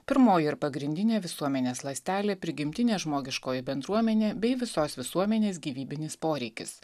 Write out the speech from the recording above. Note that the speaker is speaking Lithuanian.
pirmoji ir pagrindinė visuomenės ląstelė prigimtinė žmogiškoji bendruomenė bei visos visuomenės gyvybinis poreikis